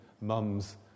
mums